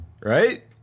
Right